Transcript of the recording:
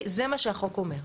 זה מה שהחוק אומר.